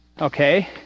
Okay